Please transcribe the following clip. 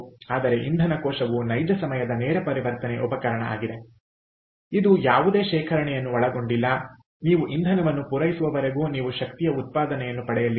ಆದರೆ ಇಂಧನ ಕೋಶವು ನೈಜ ಸಮಯದ ನೇರ ಪರಿವರ್ತನೆ ಉಪಕರಣ ಆಗಿದೆ ಇದು ಯಾವುದೇ ಶೇಖರಣೆಯನ್ನು ಒಳಗೊಂಡಿಲ್ಲ ನೀವು ಇಂಧನವನ್ನು ಪೂರೈಸುವವರೆಗೂ ನೀವು ಶಕ್ತಿಯ ಉತ್ಪಾದನೆಯನ್ನು ಪಡೆಯಲಿದ್ದೀರಿ